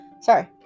Sorry